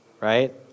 right